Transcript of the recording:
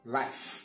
life